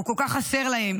הוא כל כך חסר להם.